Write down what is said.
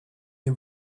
nie